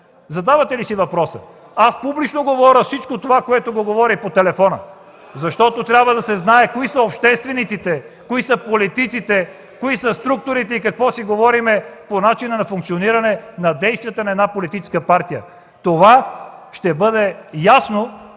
задавате ли си въпроса? Аз публично говоря всичко това, което говоря и по телефона (шум и реплики), защото трябва да се знае кои са обществениците, кои са политиците, кои са структурите и какво си говорим по начина на функциониране, на действията на една политическа партия. Това ще бъде ясно